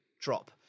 drop